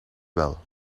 wel